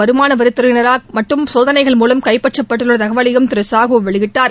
நேற்றுகாலை வருமானவரித்துறையினரால் மட்டும் சோதனைகள் மூலம் கைப்பற்றப்பட்டுள்ளதகவலையும் திருசாஹூ வெளியிட்டார்